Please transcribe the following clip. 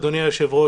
אדוני היושב-ראש,